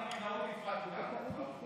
אני בטעות הצבעתי כאן.